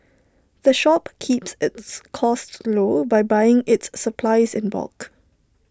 the shop keeps its costs low by buying its supplies in bulk